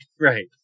Right